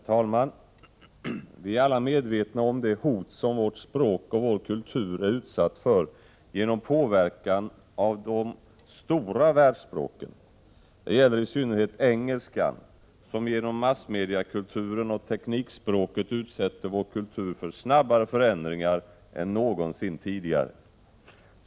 Herr talman! Vi är alla medvetna om det hot som vårt språk och vår kultur är utsatt för genom påverkan av de stora världsspråken. Det gäller i synnerhet engelskan, som genom massmediekulturen och teknikspråket utsätter vår kultur för snabbare förändringar än någonsin tidigare.